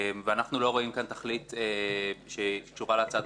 אנחנו לא רואים כאן תכלית שקשורה להצעת